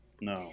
No